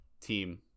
team